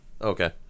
Okay